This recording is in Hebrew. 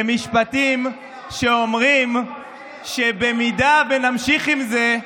במשפטים שאומרים שאם נמשיך עם זה,